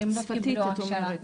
שפתית את מתכוונת?